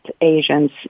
Asians